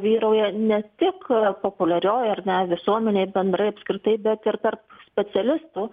vyrauja ne tik populiarioj ar ne visuomenėj bendrai apskritai bet ir tarp specialistų